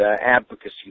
advocacy